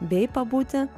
bei pabūti